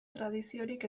tradiziorik